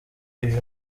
uyu